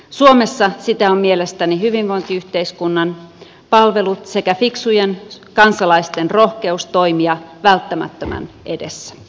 suomessa sitä on mielestäni hyvinvointiyhteiskunnan palvelut sekä fiksujen kansalaisten rohkeus toimia välttämättömän edessä